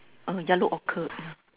a yellow orchid